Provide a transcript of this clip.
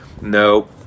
no